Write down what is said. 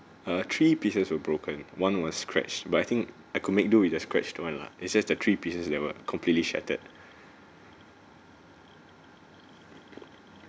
uh three pieces were broken one was scratched but I think I could make do with the scratched [one] lah it's just the three pieces they were completely shattered